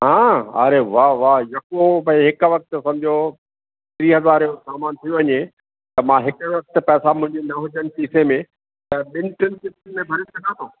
हां अरे वाह वाह यको भाई हिकु वक़्ति समुझो टी हज़ारे जो समानु थी वञे त मां हिकु वक़्ति पैसा मुंहिंजी न हुजनि खीसे में त ॿिन टिनि किश्तुनि में भरे सघां थो